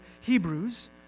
Hebrews